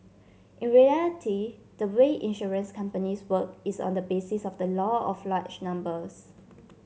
in reality the way insurance companies work is on the basis of the law of large numbers